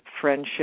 Friendship